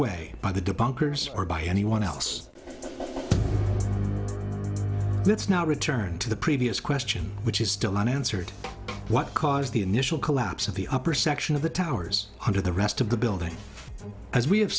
way by the doctors or by anyone else that's now returned to the previous question which is still unanswered what caused the initial collapse of the upper section of the towers under the rest of the building as we